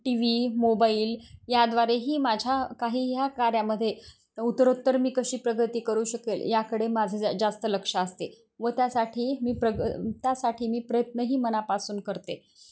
T V mobile याद्वारेही माझ्या काही ह्या कार्यामध्ये तर उतरोत्तर मी कशी प्रगती करू शकेल याकडे माझं जा जास्त लक्ष असते व त्यासाठी मी प्रग त्यासाठी मी प्रयत्नही मनापासून करते